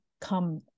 come